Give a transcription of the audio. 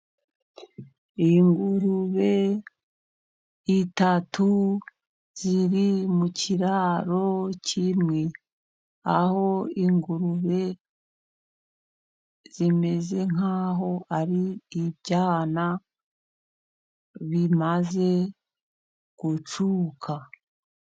Ingurube eshatu ziri mu kiraro kimwe. Aho ingurube zimeze nk'aho ari ibyana bimaze gucuka.